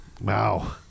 Wow